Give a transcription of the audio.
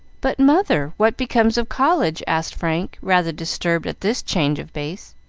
but, mother, what becomes of college? asked frank, rather disturbed at this change of base.